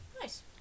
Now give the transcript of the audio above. Nice